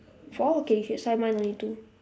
four okay you should sign mine only two